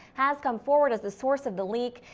has come forward as the source of the leak.